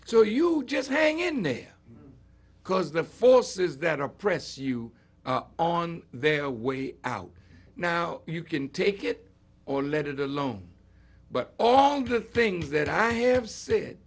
so you just hang in there because the forces that oppress you are on their way out now you can take it or let it alone but all the things that i have said